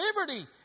liberty